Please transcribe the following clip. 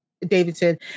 davidson